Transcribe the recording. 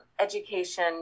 education